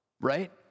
right